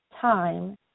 time